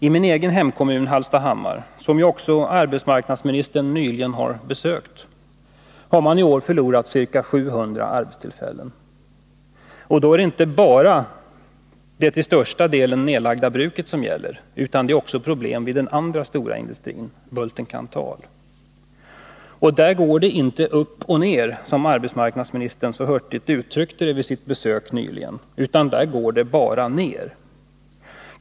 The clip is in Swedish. I min hemkommun, Hallstahammar, som ju också arbetsmarknadministern nyligen har besökt, har man i år förlorat ca 700 arbetstillfällen. Och det gäller inte bara det till största delen nedlagda bruket, utan det är också problem vid den andra stora industrin, Bulten-Kanthal AB. Där går det inte ”upp och ner”, som arbetsmarknadsministern så hurtigt uttryckte det vid sitt besök nyligen, utan där går det bara ner.